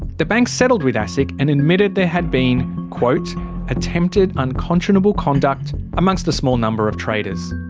the bank settled with asic and admitted there had been quote attempted unconscionable conduct amongst a small number of traders.